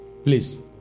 Please